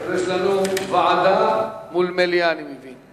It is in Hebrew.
אז יש לנו ועדה מול מליאה, אני מבין.